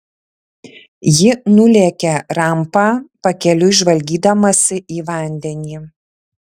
ji nulėkė rampa pakeliui žvalgydamasi į vandenį